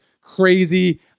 crazy